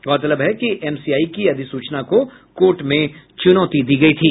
गौरतलब है कि एमसीआई के अधिसूचना को कोर्ट में चुनौती दी गयी थी